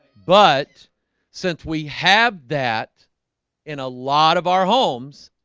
but since we have that in a lot of our homes